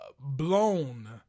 blown